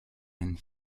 and